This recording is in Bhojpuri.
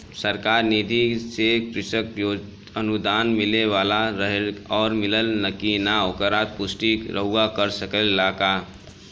सरकार निधि से कृषक अनुदान मिले वाला रहे और मिलल कि ना ओकर पुष्टि रउवा कर सकी ला का?